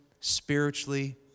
spiritually